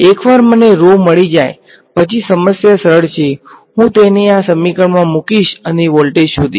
એકવાર મને rho મળી જાય પછી સમસ્યા સરળ છે હું તેને આ સમીકરણમાં મુકીશ અને વોલ્ટેજ શોધીશ